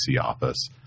office